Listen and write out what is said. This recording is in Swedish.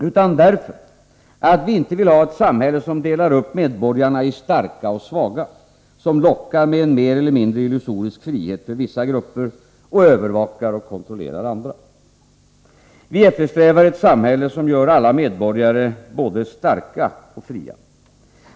Utan därför att vi inte vill ha ett samhälle som delar upp medborgarna i starka och svaga, som lockar med en mer eller mindre illusorisk frihet för vissa grupper och övervakar och kontrollerar andra. Vi eftersträvar ett samhälle som gör alla medborgare både starka och fria.